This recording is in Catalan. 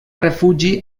refugi